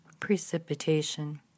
Precipitation